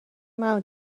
مونو